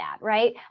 right